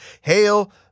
hail